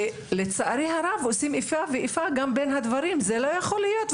ולצערי הרב עושים איפה ואיפה גם בין הדברים זה לא יכול להיות,